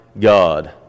God